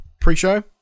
pre-show